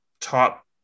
top